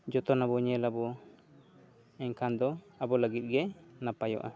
ᱡᱚᱛᱚ ᱟᱵᱚᱱ ᱧᱮᱞ ᱟᱵᱚᱱ ᱮᱱᱠᱷᱟᱱ ᱫᱚ ᱟᱵᱚ ᱞᱟᱹᱜᱤᱫ ᱜᱮ ᱱᱟᱯᱟᱭᱚᱜᱼᱟ